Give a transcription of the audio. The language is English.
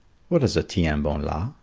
what is a tiens-bon-la?